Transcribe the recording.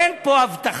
אין פה הבטחה,